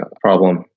problem